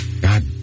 God